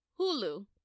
hulu